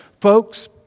Folks